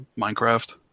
Minecraft